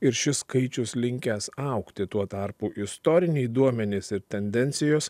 ir šis skaičius linkęs augti tuo tarpu istoriniai duomenys ir tendencijos